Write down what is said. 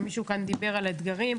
מישהו פה דיבר על אתגרים.